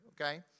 okay